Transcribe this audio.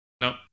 Nope